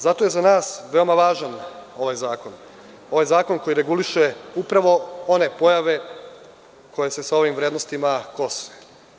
Zato je za nas veoma važan ovaj zakon, zakon koji regulišete upravo one pojave koje se sa ovim vrednostima kose.